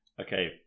Okay